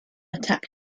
attack